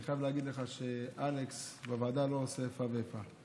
אני חייב להגיד לך שאלכס בוועדה לא עושה איפה ואיפה.